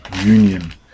union